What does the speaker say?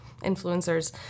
influencers